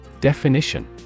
Definition